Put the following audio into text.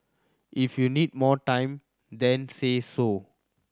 if you need more time then say so